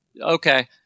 Okay